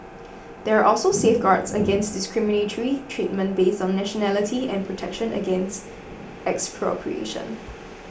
there are also safeguards against discriminatory treatment based on nationality and protection against expropriation